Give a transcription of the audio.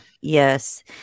Yes